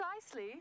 precisely